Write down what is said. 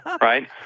right